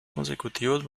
consecutivos